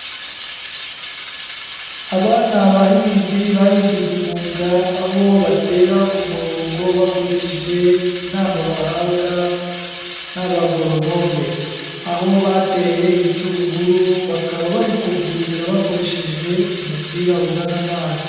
Aba ni abahinzi babigize umwuga, aho batera ku murongo bakurikije inama bahabwa n'abagoronome, aho bateye ibitunguru, bakaba bari kubyuhira bakoresheje umupira uzana amazi.